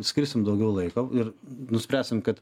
skirsim daugiau laiko ir nuspręsim kad